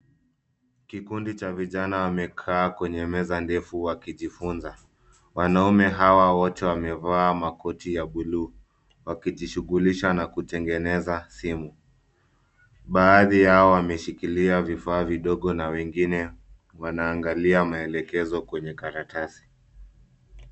Kikundi cha vijana wamekaa kwenye meza ndefu wakijifunza. Wanaume hawa wote wamevaa makoti ya buluu wakijishughulisha na kutengeneza simu. Baadhi yao wameshikilia vifaa vidogo na wengine wanaangalia maelekezo kwenye karatasi.